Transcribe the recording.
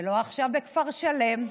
ולא עכשיו בכפר שלם,